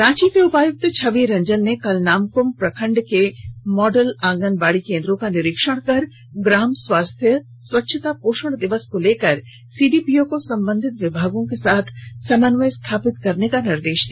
रांची के उपायुक्त छवि रंजन ने कल नामक्म प्रखंड के मॉडल आंगनबाड़ी केंद्रों का निरीक्षण कर ग्राम स्वास्थ्य स्वच्छता पोषण दिवस को लेकर सीडीपीओ को संबंधित विभागों के साथ समन्वय स्थापित कर कार्य करने का निर्देश दिया